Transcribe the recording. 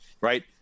right